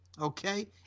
Okay